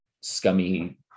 scummy